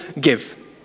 give